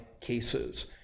cases